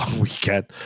weekend